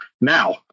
now